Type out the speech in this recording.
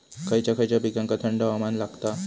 खय खयच्या पिकांका थंड हवामान लागतं?